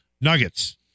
Nuggets